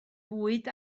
bwyd